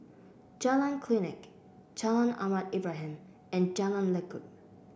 Jalan Klinik Jalan Ahmad Ibrahim and Jalan Lekub